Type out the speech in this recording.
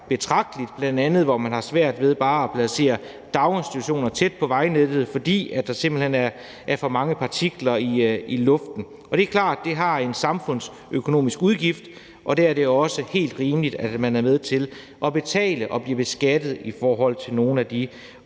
betragtelig, bl.a. kan man have svært ved at placere daginstitutioner tæt på vejnettet, fordi der simpelt hen er for mange partikler i luften. Det er klart, at det har en samfundsøkonomisk udgift, og der er det også helt rimeligt, at man er med til at betale og blive beskattet i forhold til nogle af de